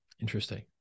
Interesting